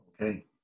okay